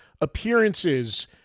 appearances